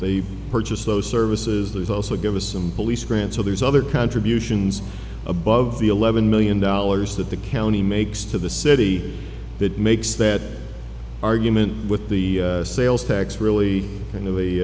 they purchase those services there's also give us some police grants so there's other contributions above the eleven million dollars that the county makes to the city that makes that argument with the sales tax really kind